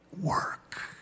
work